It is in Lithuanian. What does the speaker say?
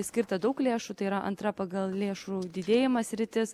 skirta daug lėšų tai yra antra pagal lėšų didėjimą sritis